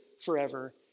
forever